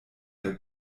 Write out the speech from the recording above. der